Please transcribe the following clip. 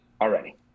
Already